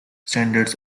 standard